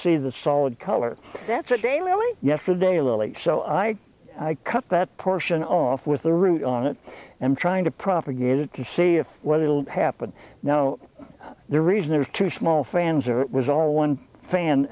see the solid color that's a day like yesterday late so i i cut that portion off with the root on it and trying to propagate it to see if whether it'll happen now the reason there's two small fans or it was all one fan